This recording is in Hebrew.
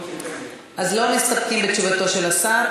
לא מסתפקים בתשובתו של השר,